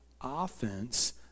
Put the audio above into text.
offense